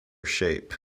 shape